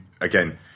again